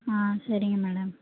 ஆ சரிங்க மேடம்